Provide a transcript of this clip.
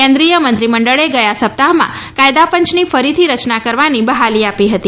કેન્દ્રિય મંત્રીમંડળે ગયા સપ્તાહમાં કાયદાપંચની ફરીથી રચના કરવાની બહાલી આપી હતી